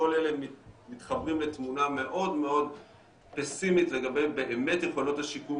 כל אלה מתחברים לתמונה מאוד מאוד פסימית לגבי באמת יכולות השיקום